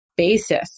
Basis